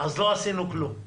אז לא עשינו כלום.